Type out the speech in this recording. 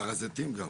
הר הזיתים גם.